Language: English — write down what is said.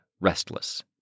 restless